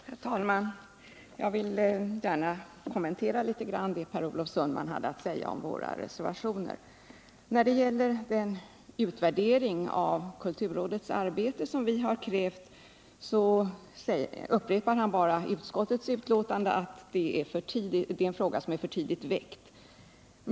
Herr talman! Jag vill gärna kommentera det Per Olof Sundman hade att säga om våra reservationer. När det gäller den utvärdering av kulturrådets arbete som vi har krävt upprepar han bara utskottets uttalande att det är en fråga som är för tidigt väckt.